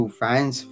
fans